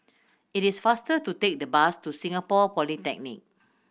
it is faster to take the bus to Singapore Polytechnic